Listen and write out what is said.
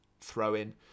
throw-in